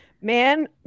Man